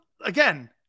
Again